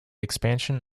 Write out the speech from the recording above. expansion